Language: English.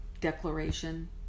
declaration